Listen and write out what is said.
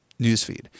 newsfeed